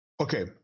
Okay